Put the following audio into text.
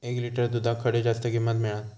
एक लिटर दूधाक खडे जास्त किंमत मिळात?